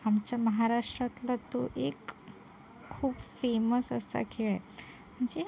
आमच्या महाराष्ट्रातला तो एक खूप फेमस असा खेळ आहे म्हणजे